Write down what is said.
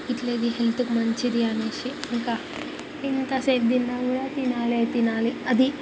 ఇట్లయితే హెల్త్కి మంచిది అనేసి ఇంకా ఇంత చద్దన్నం కూడా తినాలే తినాలి అది